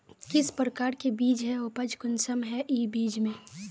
किस प्रकार के बीज है उपज कुंसम है इस बीज में?